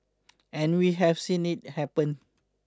and we have seen it happen